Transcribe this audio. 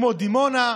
כמו דימונה,